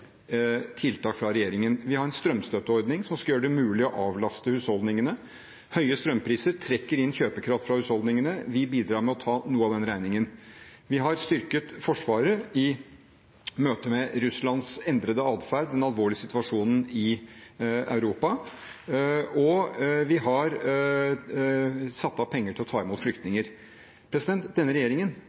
tiltak fra regjeringen. Vi har en strømstøtteordning, som skal gjøre det mulig å avlaste husholdningene. Høye strømpriser trekker inn kjøpekraft fra husholdningene. Vi bidrar med å ta noe av den regningen. Vi har styrket Forsvaret i møtet med Russlands endrede adferd, den alvorlige situasjonen i Europa, og vi har satt av penger til å ta imot flyktninger. Denne regjeringen